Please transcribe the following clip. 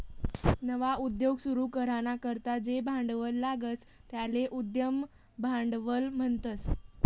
नवा उद्योग सुरू कराना करता जे भांडवल लागस त्याले उद्यम भांडवल म्हणतस